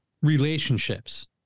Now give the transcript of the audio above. relationships